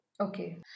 Okay